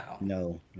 No